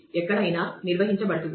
ఎక్కడైనా నిర్వహించబడుతుంది